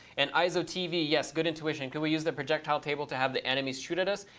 an isotv, yes, good intuition. can we use the projectile table to have the enemies shoot at us?